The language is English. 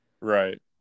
Right